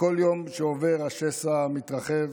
בכל יום שעובר השסע מתרחב,